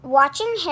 watching